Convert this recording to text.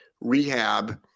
rehab